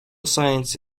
science